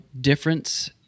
difference